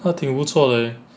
那挺不错的 leh